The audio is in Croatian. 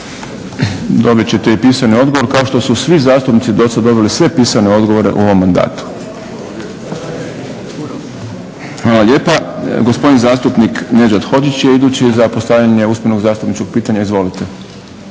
Dobit ćete i pisani odgovor kao što su svi zastupnici dosad dobili sve pisane odgovore u ovom mandatu. Hvala lijepa. Gospodin zastupnik Nedžad Hodžić je idući za postavljanje usmenog zastupničkog pitanja. Izvolite.